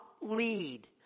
lead